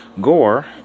Gore